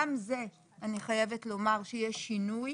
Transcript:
גם זה, אני חייבת לומר שיש שינוי.